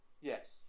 Yes